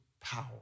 power